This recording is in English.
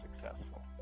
successful